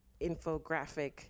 infographic